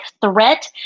threat